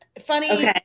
Funny